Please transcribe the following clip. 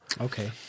Okay